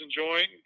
enjoying